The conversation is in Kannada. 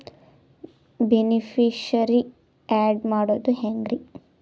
ಬೆನಿಫಿಶರೀ, ಆ್ಯಡ್ ಮಾಡೋದು ಹೆಂಗ್ರಿ?